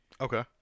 Okay